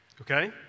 Okay